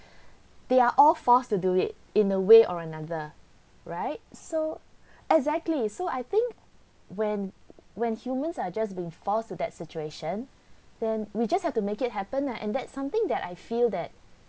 they are all forced to do it in a way or another right so exactly so I think when when humans are just being force with that situation then we just have to make it happen lah and that's something that I feel that